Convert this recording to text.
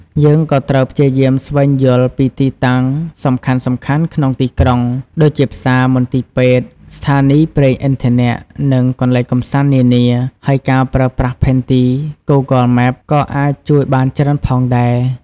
យើងក៏ត្រូវព្យាយាមស្វែងយល់ពីទីតាំងសំខាន់ៗក្នុងទីក្រុង ដូចជាផ្សារ មន្ទីរពេទ្យ ស្ថានីយ៍ប្រេងឥន្ធនៈ និងកន្លែងកម្សាន្តនានា ហើយការប្រើប្រាស់ផែនទី Google Map ក៏អាចជួយបានច្រើនផងដែរ។